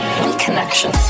reconnection